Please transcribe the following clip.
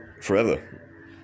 forever